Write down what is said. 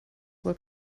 will